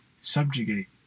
subjugate